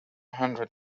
hundred